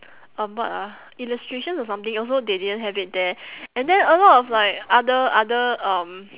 um what ah illustration or something also they didn't have it there and then a lot of like other other um